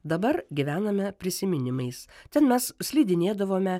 dabar gyvename prisiminimais ten mes slidinėdavome